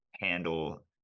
handle